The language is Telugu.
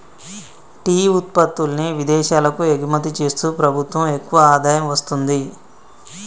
టీ ఉత్పత్తుల్ని విదేశాలకు ఎగుమతి చేస్తూ ప్రభుత్వం ఎక్కువ ఆదాయం వస్తుంది